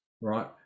right